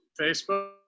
Facebook